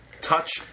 Touch